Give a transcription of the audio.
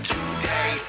Today